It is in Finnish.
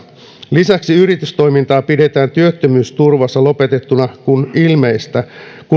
lisäksi yritystoimintaa pidetään työttömyysturvassa lopetettuna kun on